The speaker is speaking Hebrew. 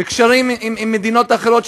וקשרים עם מדינות אחרות,